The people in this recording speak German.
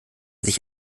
sich